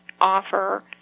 offer